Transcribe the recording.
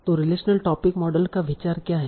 तो relational topic model का विचार क्या है